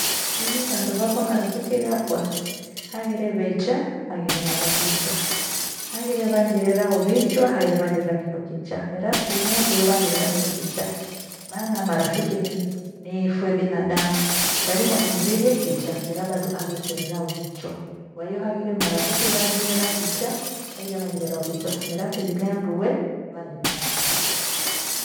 Inyi vandu vakwa marafiki wakwa, haghire vecha, haghire na vavichwa. Haghire vanjirera hovichwa haghira vanjirera kindo kicha. Mira asilimia andu vanjirera kindokicha. Maana marafiki ni- ni fwe binadadamu kwairima kumwiririe kicha mira bado aghekurera uvichwa kwiyo haghire marafiki vanjirera kichaa hagire manjirera kicha mira athilimia andu wee vyanjirera kichaa.